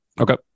Okay